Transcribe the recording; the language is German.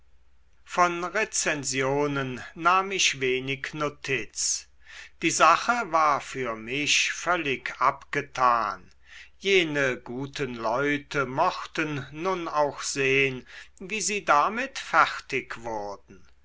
von rezensionen nahm ich wenig notiz die sache war für mich völlig abgetan jene guten leute mochten nun auch sehn wie sie damit fertig wurden